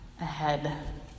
ahead